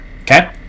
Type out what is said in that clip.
Okay